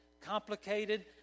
complicated